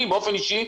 אני באופן אישי,